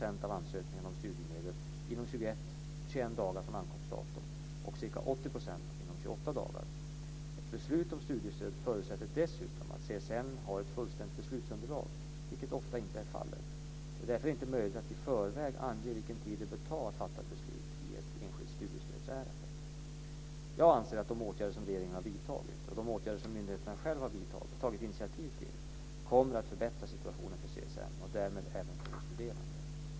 Enligt CSN:s årsredovisning 2000 28 dagar. Ett beslut om studiestöd förutsätter dessutom att CSN har ett fullständigt beslutsunderlag, vilket ofta inte är fallet. Det är därför inte möjligt att i förväg ange vilken tid det bör ta att fatta beslut i ett enskilt studiestödsärende. Jag anser att de åtgärder som regeringen har vidtagit och de åtgärder som myndigheten själv har tagit initiativ till kommer att förbättra situationen för CSN och därmed även för de studerande.